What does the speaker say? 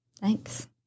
Thanks